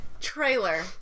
Trailer